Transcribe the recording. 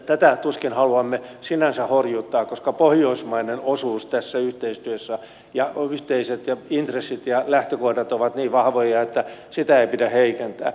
tätä tuskin haluamme sinänsä horjuttaa koska pohjoismainen osuus tässä yhteistyössä ja yhteiset intressit ja lähtökohdat ovat niin vahvoja että niitä ei pidä heikentää